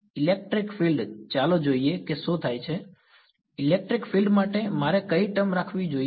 electric field ચાલો જોઈએ કે શું થાય છે ઇલેક્ટ્રિક ફિલ્ડ મારે કઈ ટર્મ રાખવી જોઈએ